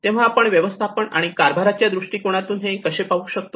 तेव्हा आपण व्यवस्थापन आणि कारभारराच्या दृष्टिकोनातून हे कसे पाहू शकतो